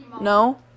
No